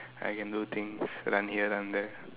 I can do things run here run there